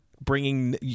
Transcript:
bringing